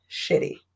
shitty